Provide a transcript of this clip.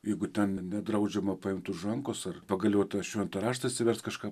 jeigu ten nedraudžiama paimt už rankos ar pagaliau ir tą šventą raštą atsiverst kažką